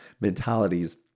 mentalities